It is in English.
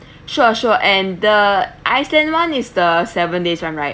sure sure and the iceland [one] is the seven days [one] right